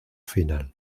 final